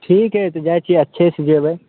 ठीक अइ तऽ जाइ छी अच्छेसँ जेबै